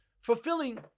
fulfilling